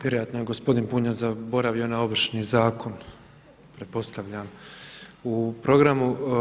Vjerojatno je gospodin Bunjac zaboravio na Ovršni zakon, pretpostavljam u programu.